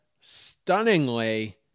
stunningly